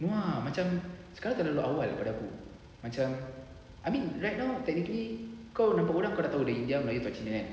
no ah macam sekarang terlalu awal macam I mean right now technically kau nampak orang kau dah tahu dia india melayu atau cina kan